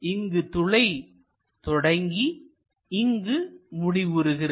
இங்கு துளை தொடங்கி இங்கு முடிவுறுகிறது